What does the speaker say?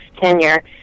tenure